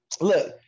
Look